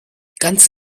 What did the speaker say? ganz